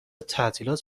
تعطیلات